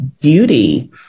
beauty